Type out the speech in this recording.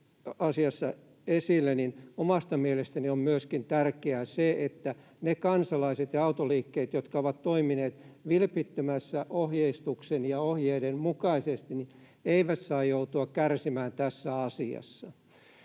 esille, myöskin omasta mielestäni on tärkeää se, että ne kansalaiset ja autoliikkeet, jotka ovat toimineet vilpittömästi ohjeistuksen ja ohjeiden mukaisesti, eivät saa joutua kärsimään tässä asiassa.